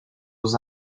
aux